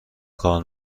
کار